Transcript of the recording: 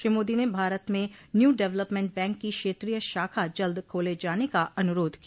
श्री मोदी ने भारत में new development bank की क्षेत्रीय शाखा जल्द खोले जाने का अनुरोध किया